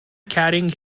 carrying